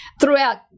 throughout